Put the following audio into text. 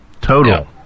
Total